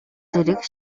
зэрэг